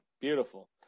Beautiful